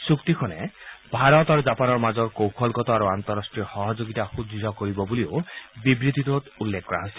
চুক্তিখনে ভাৰত আৰু জাপানৰ মাজৰ কৌশলগত আৰু আন্তঃৰাষ্ট্ৰীয় সহযোগিতা সুদ্ঢ় কৰিব বুলিও বিবৃতিটোত উল্লেখ কৰা হৈছে